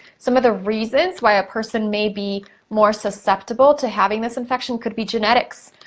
some of the reasons why a person may be more susceptible to having this infection could be genetics.